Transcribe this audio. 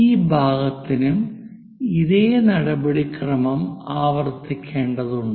ഈ ഭാഗത്തിനും ഇതേ നടപടിക്രമം ആവർത്തിക്കേണ്ടതുണ്ട്